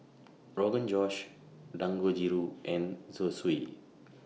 Rogan Josh Dangojiru and Zosui